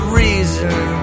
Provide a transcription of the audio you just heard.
reason